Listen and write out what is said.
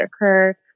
occur